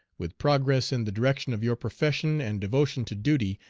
with progress in the direction of your profession and devotion to duty,